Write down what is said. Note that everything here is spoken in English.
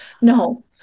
No